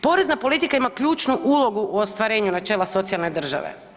Porezna politika ima ključnu ulogu u ostvarenju načela socijalne države.